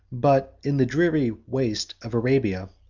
but in the dreary waste of arabia,